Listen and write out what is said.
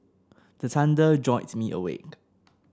the thunder jolt me awake